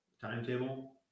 timetable